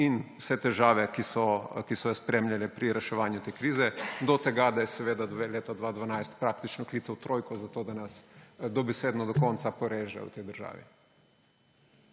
in vse težave, ki so spremljale reševanje te krize, do tega, da je seveda leta 2012 praktično klical trojko zato, da nas dobesedno do konca poreže v tej državi.